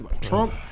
Trump